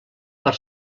per